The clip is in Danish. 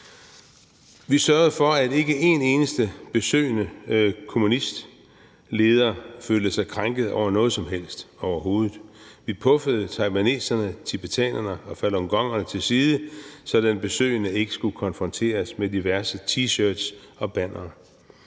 Vi sørgede for, at ikke en eneste besøgende kommunistleder følte sig krænket over noget som helst overhovedet. Vi puffede taiwanerne, tibetanerne og Falun Gong til side, så den besøgende ikke skulle konfronteres med diverse T-shirts og bannere.